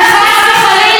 אני ממשיכה.